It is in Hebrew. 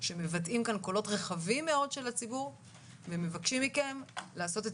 שמבטאים כאן קולות רחבים מאוד של הציבור ומבקשים מכם לעשות את